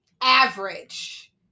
average